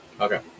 okay